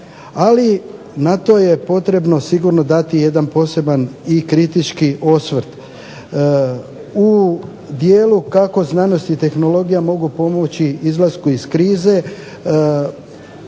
Ali, na to je potrebno sigurno dati jedan poseban i kritički osvrt. U dijelu kako znanost i tehnologija mogu pomoći izlasku iz krize